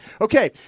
Okay